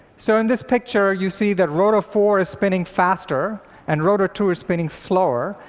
so in this picture, you see that rotor four is spinning faster and rotor two is spinning slower.